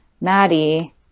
Maddie